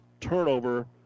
turnover